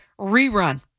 rerun